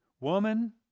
Woman